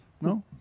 No